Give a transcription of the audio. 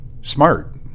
smart